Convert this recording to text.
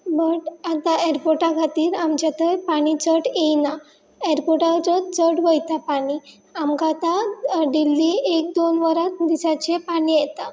but आतां एरपोर्टा खातीर आमच्या थंय पाणी चड येयना एरपोर्टाचो चड वयता पाणी आमकां आतां देल्ली एक दोन वरां दिसाच पाणी येता